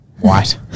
white